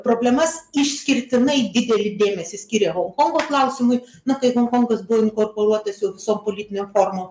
problemas išskirtinai didelį dėmesį skyrė honkongo klausimui na kai honkongas buvo inkorporuotas jau visom politinėm formom